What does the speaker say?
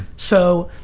so.